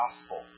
gospel